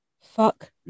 Fuck